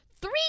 Three